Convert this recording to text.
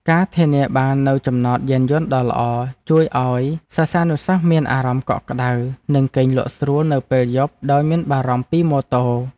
ការធានាបាននូវចំណតយានយន្តដ៏ល្អជួយឱ្យសិស្សានុសិស្សមានអារម្មណ៍កក់ក្តៅនិងគេងលក់ស្រួលនៅពេលយប់ដោយមិនបារម្ភពីម៉ូតូ។